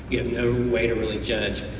yeah way to really judge